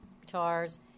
guitars